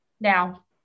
Now